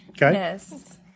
Yes